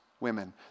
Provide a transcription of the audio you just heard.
women